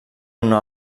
una